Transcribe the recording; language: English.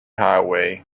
highway